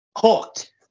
Hooked